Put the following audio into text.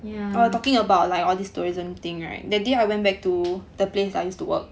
yeah